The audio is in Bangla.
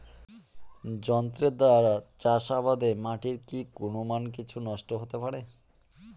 যন্ত্রের দ্বারা চাষাবাদে মাটির কি গুণমান কিছু নষ্ট হতে পারে?